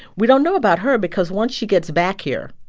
we don't know about her because once she gets back here,